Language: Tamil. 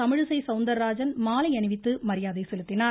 தமிழிசை சௌந்தரராஜன் மாலை அணிவித்து மரியாதை செலுத்தினார்